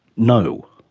no.